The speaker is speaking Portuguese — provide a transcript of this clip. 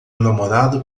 namorado